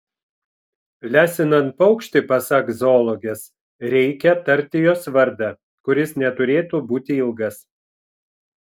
lesinant paukštį pasak zoologės reikia tarti jos vardą kuris neturėtų būti ilgas